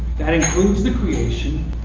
that includes the creation,